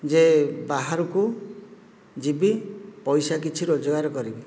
ଯେ ବାହାରକୁ ଯିବି ପଇସା କିଛି ରୋଜଗାର କରିବି